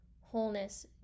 wholeness